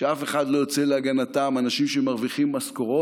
שאף אחד לא יוצא להגנתם, אנשים שמרוויחים משכורות